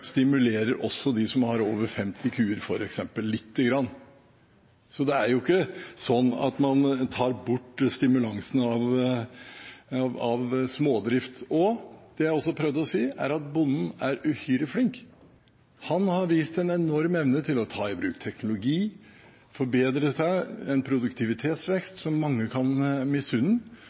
stimulerer også dem som f.eks. har over 50 kuer, lite grann. Det er ikke sånn at man tar bort stimulansen for smådrift. Det jeg også har prøvd å si, er at bonden er uhyre flink. Han har vist en enorm evne til å ta i bruk teknologi og forbedre seg, og en produktivitetsvekst som mange kan